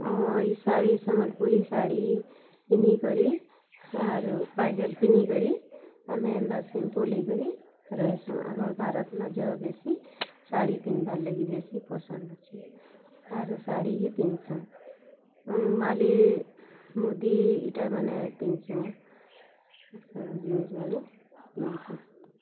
ଇ ଶାଢ଼ୀ ସମ୍ୱଲପୁରୀ ଶାଢ଼ୀ ପିନ୍ଧି କରି ଆରୁ ପାଜଲ୍ ପିନ୍ଧି କରି ଆମେ ଏନ୍ତା ସିମ୍ପଲ୍ ହୋଇ କରି ରହିସୁଁ ଆମର୍ ଭାରତ ନ ଯହ ବେଶୀ ଶାଢ଼ୀ ପିନ୍ଧ୍ବା ଲାଗି ବେଶୀ ପସନ୍ଦ ଅଛି ଆରୁ ଶାଢ଼ୀ ହି ପିନ୍ଧ୍ସୁଁ ମାଲି ମୁଦି ଏଇଟାମାନେ ପିନ୍ଧ୍ସୁଁ ସବୁ ଜିନିଷ୍ମାନେ ପିନ୍ଧ୍ସୁଁ